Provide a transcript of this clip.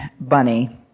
Bunny